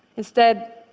instead,